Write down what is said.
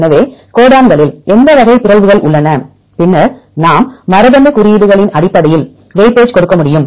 எனவே கோடான்களில் எந்த வகை பிறழ்வுகள் உள்ளன பின்னர் நாம் மரபணு குறியீடுகளின் அடிப்படையில் வெயிட்டேஜ் கொடுக்க முடியும்